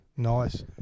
Nice